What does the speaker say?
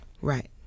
Right